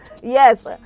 Yes